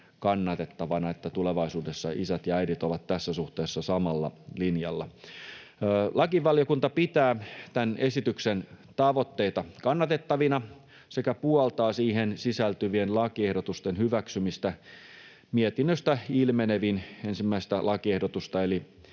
kannatettavana, että tulevaisuudessa isät ja äidit ovat tässä suhteessa samalla linjalla. Lakivaliokunta pitää tämän esityksen tavoitteita kannatettavina sekä puoltaa siihen sisältyvien lakiehdotusten hyväksymistä mietinnöstä ilmenevin ensimmäistä lakiehdotusta